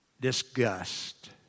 disgust